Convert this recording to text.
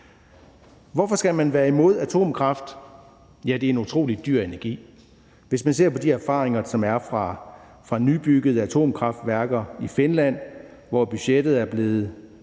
Hvorfor skal man være imod atomkraft? Fordi det er en utrolig dyr energi. Man kan se det på de erfaringer, som der er fra nybyggede atomkraftværker i Finland, hvor budgettet er blevet